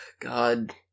God